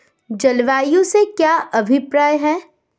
जलवायु से क्या अभिप्राय है?